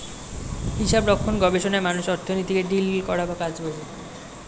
হিসাবরক্ষণ গবেষণায় মানুষ অর্থনীতিতে ডিল করা বা কাজ বোঝে